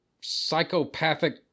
psychopathic